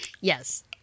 Yes